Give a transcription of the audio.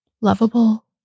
lovable